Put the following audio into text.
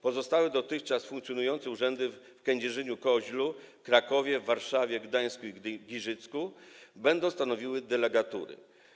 Pozostałe dotychczas funkcjonujące urzędy w Kędzierzynie-Koźlu, Krakowie, Warszawie, Gdańsku i Giżycku będą stanowiły delegatury.